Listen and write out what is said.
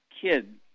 kid